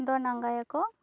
ᱫᱚᱱ ᱟᱜᱟᱭᱟᱠᱚ